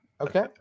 Okay